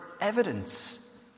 evidence